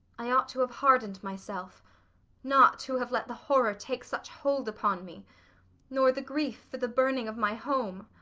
i ought to have hardened myself not to have let the horror take such hold upon me nor the grief for the burning of my home.